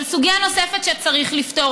אבל סוגיה נוספת שצריך לפתור,